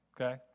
okay